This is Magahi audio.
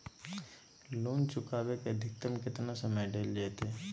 लोन चुकाबे के अधिकतम केतना समय डेल जयते?